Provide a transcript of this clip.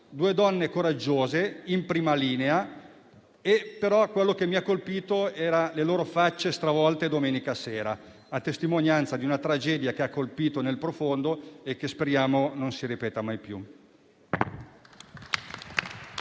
due donne coraggiose e in prima linea. Mi hanno colpito le loro facce stravolte domenica sera, a testimonianza di una tragedia che ha colpito nel profondo e che speriamo non si ripeta mai più.